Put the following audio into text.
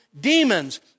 demons